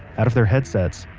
out of their headsets,